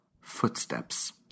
Footsteps